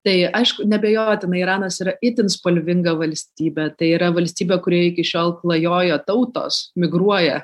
tai aišku neabejotinai iranas yra itin spalvinga valstybė tai yra valstybė kurioje iki šiol klajojo tautos migruoja